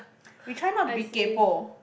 I see